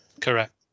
Correct